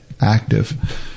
active